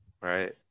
right